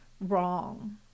wrong